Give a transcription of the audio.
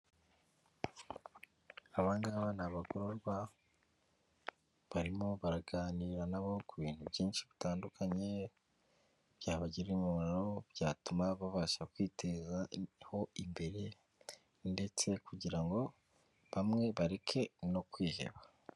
Abangaba ni abagororwa barimo baraganira nabo ku bintu bintu byinshi bitandukanye byabagirira umumaro byatuma babasha kwitezaho imbere ndetse ndetse kugira ngo bamwe bareke no kwiheba.